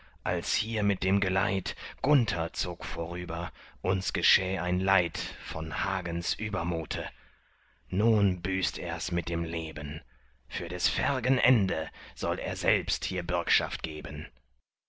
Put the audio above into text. als hier mit dem geleit gunther zog vorüber uns geschäh ein leid von hagens übermute nun büßt ers mit dem leben für des fergen ende soll er selbst hier bürgschaft geben